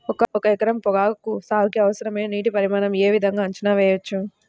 ఒక ఎకరం పొగాకు సాగుకి అవసరమైన నీటి పరిమాణం యే విధంగా అంచనా వేయవచ్చు?